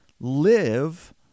live